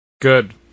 Good